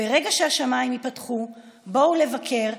ברגע שהשמיים יפתחו בואו לבקר,